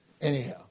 Anyhow